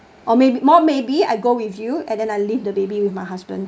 or maybe more maybe I go with you and then I leave the baby with my husband